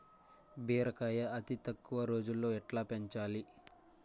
బీరకాయ అతి తక్కువ రోజుల్లో ఎట్లా పెంచాలి?